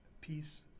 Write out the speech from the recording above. peace